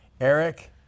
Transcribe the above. Eric